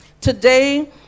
Today